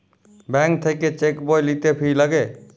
bank থাক্যে cheque বই লিতে ফি লাগে